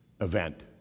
event